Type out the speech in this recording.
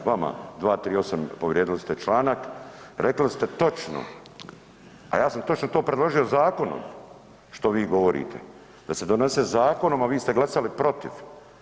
Vama, 238. povrijedili ste članak, rekli ste točno, a ja sam točno to predložio zakonom što vi govorite da se donese zakonom, a vi ste glasali protiv.